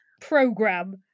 program